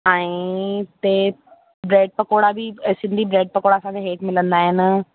ऐं हिते ब्रैड पकौड़ा बि सिंधी ब्रैड पकौड़ा असांजा हेठि मिलंदा आहिनि